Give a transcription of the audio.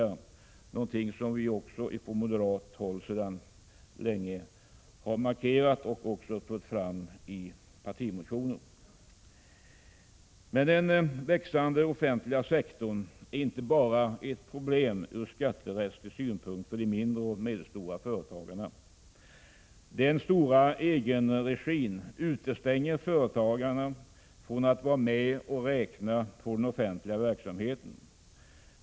Detta är också någonting som vi från moderat håll sedan länge har markerat och fört fram i partimotioner. Men den växande offentliga sektorn är inte bara ett problem ur skatterättslig synpunkt för de mindre och medelstora företagarna. Den omfattande egenregin utestänger företagen från att vara med och räkna på den offentliga verksamheten.